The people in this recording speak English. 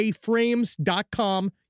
frames.com